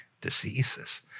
diseases